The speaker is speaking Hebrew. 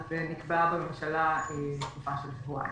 אז נקבעה בממשלה תקופה של שבועיים.